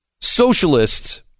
socialists